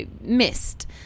missed